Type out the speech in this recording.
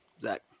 Zach